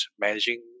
managing